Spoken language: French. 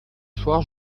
soir